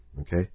Okay